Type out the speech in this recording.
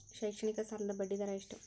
ಶೈಕ್ಷಣಿಕ ಸಾಲದ ಬಡ್ಡಿ ದರ ಎಷ್ಟು?